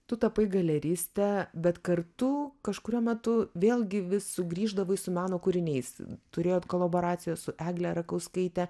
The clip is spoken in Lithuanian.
tu tapai galeriste bet kartu kažkuriuo metu vėlgi vis sugrįždavai su meno kūriniais turėjot kolaboraciją su egle rakauskaite